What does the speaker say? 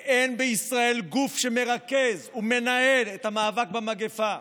ואין בישראל גוף שמרכז ומנהל את המאבק במגפה.